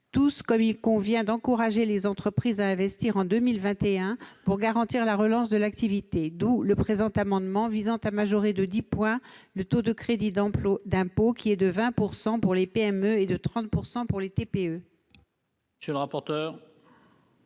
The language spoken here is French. tout comme il convient d'encourager les entreprises à investir en 2021 pour garantir la relance de l'activité. C'est pourquoi le présent amendement vise à majorer de dix points le taux de crédit d'impôt, qui est de 20 % pour les PME et de 30 % pour les TPE. Quel est l'avis de